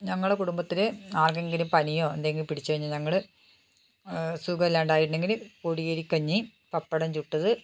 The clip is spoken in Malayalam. ഞങ്ങളെ കുടുംബത്തിൽ ആർക്കെങ്കിലും പനിയോ എന്തെങ്കിലും പിടിച്ചു കഴിഞ്ഞാൽ ഞങ്ങൾ സുഖമില്ലാണ്ടായിട്ടുണ്ടെങ്കിൽ പൊടിയരിക്കഞ്ഞി പപ്പടം ചുട്ടത്